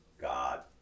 God